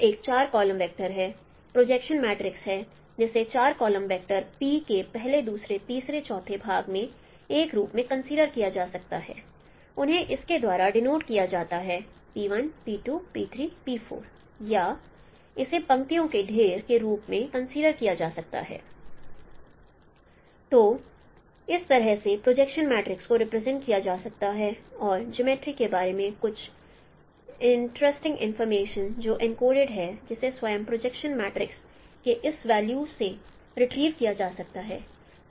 यह एक 4 column vector projection matrix है जिसे 4 कॉलम वैक्टर p के पहले दूसरे तीसरे चौथे भाग के रूप में कंसीडर किया जा सकता है उन्हें इसके द्वारा डेनोट किया जाता है या इसे पंक्तियों के ढेर के रूप में कंसीडर किया जा सकता है तो इस तरह से प्रोजेक्शन मैट्रिक्स को रिप्रेजेंट किया जा सकता है और जियोमर्ट्री के बारे में कुछ इंटरेस्ट इंफॉर्मेशन जो एन्कोडेड हैं जिसे स्वयं प्रोजेक्शन मैट्रिक्स के इस वेल्यू से रिट्रीव किया जा सकता है